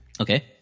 Okay